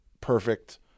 perfect